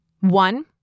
One